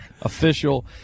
official